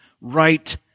right